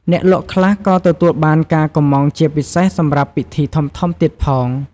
អ្នកលក់ខ្លះក៏ទទួលបានការកម៉្មង់ជាពិសេសសម្រាប់ពិធីធំៗទៀតផង។